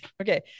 Okay